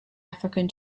african